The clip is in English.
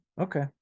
Okay